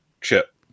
chip